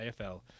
AFL